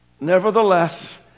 nevertheless